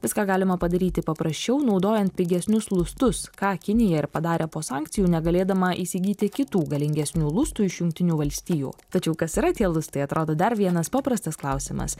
viską galima padaryti paprasčiau naudojant pigesnius lustus ką kinija ir padarė po sankcijų negalėdama įsigyti kitų galingesnių lustų iš jungtinių valstijų tačiau kas yra tie lustai atrodo dar vienas paprastas klausimas